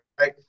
Right